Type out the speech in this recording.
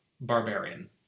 barbarian